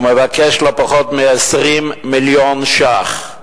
הוא מבקש לא פחות מ-20 מיליון ש"ח.